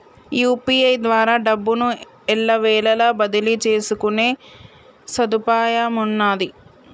UPI ద్వారా డబ్బును ఎల్లవేళలా బదిలీ చేసుకునే సదుపాయమున్నాది